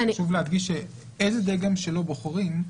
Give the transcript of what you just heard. חשוב להדגיש שאיזה דגם שלא בוחרים,